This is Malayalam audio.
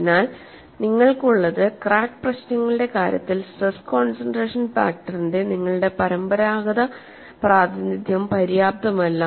അതിനാൽ നിങ്ങൾക്കുള്ളത് ക്രാക്ക് പ്രശ്നങ്ങളുടെ കാര്യത്തിൽ സ്ട്രെസ് കോൺസെൻട്രേഷൻ ഫാക്ടറിന്റെ നിങ്ങളുടെ പരമ്പരാഗത പ്രാതിനിധ്യം പര്യാപ്തമല്ല